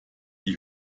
die